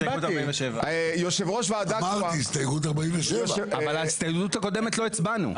הסתייגות 47. אבל על ההסתייגות הקודמת לא הצבענו.